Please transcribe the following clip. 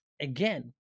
again